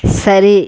சரி